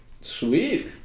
Sweet